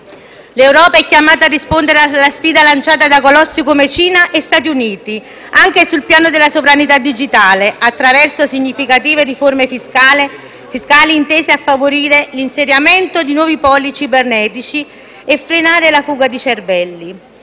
L'Europa è chiamata a rispondere alla sfida lanciata da colossi come Cina e Stati Uniti anche sul piano della sovranità digitale, attraverso significative riforme fiscali intese a favorire l'insediamento di nuovi poli cibernetici e a frenare la fuga di cervelli.